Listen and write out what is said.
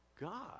God